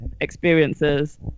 experiences